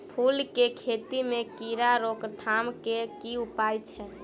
फूल केँ खेती मे कीड़ा रोकथाम केँ की उपाय छै?